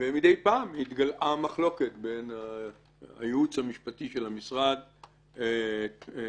ומדי פעם נתגלעה מחלוקת בין הייעוץ המשפטי של המשרד לביני.